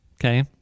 Okay